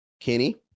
kenny